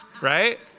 Right